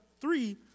three